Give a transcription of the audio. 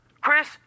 Chris